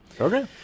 okay